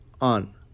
on